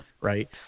right